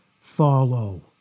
follow